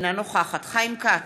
אינה נוכחת חיים כץ,